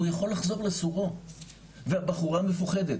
הוא יכול לחזור לסורו והבחורה מפוחדת.